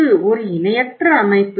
இது ஒரு இணையற்ற அமைப்பு